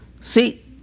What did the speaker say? See